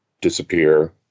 disappear